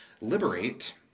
liberate